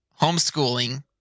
homeschooling